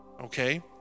okay